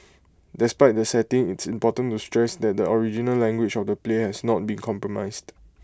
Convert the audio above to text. despite the setting it's important to stress that the original language of the play has not been compromised